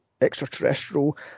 extraterrestrial